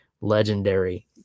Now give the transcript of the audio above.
legendary